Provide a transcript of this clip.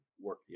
work